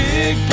Big